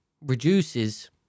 reduces